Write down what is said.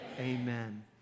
Amen